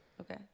Okay